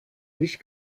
nicht